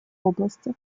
области